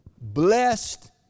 blessed